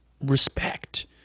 respect